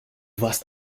warst